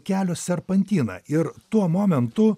kelio serpantiną ir tuo momentu